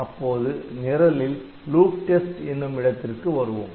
அப்போது நிரலில் Loop Test என்னும் இடத்திற்கு வருவோம்